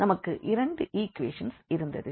நமக்கு இரண்டு ஈக்வேஷன்ஸ் இருந்தது